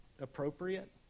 appropriate